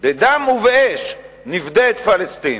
"בדם ובאש נפדה את פלסטין".